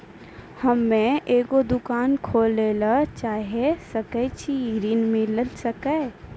हम्मे एगो दुकान खोले ला चाही रहल छी ऋण मिल सकत?